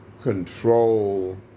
control